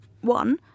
one